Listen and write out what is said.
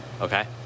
Okay